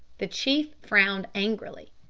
the chief frowned angrily.